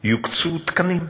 יוקצו תקנים,